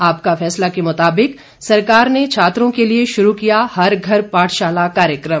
आपका फैसला के मुताबिक सरकार ने छात्रों के लिये शुरू किया हर घर पाठशाला कार्यक्रम